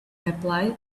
apply